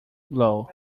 blow